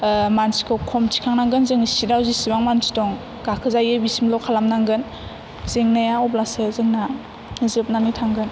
मानसिखौ खम थिखांनांगोन जोङो चिटयाव जेसेबां मानसि दं गाखोजायो बेसिमल' खालामनांगोन जेंनाया अब्लासो जोंना जोबनानै थांगोन